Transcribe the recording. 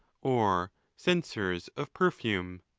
or censers of perfume.